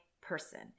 person